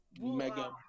Mega